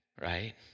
Right